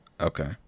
Okay